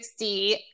60